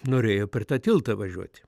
norėjo per tą tiltą važiuoti